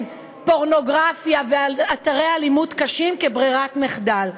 פורנוגרפיה ואתרי אלימות קשים כברירת מחדל,